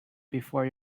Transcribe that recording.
before